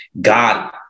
God